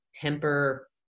temper